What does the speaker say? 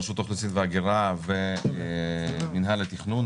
רשות האוכלוסין וההגירה, מינהל התכנון.